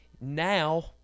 Now